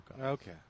Okay